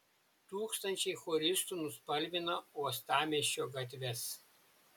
tūkstančiai choristų nuspalvino uostamiesčio gatves